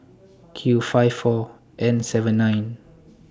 Q five four N seven nine